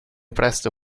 presto